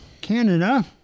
Canada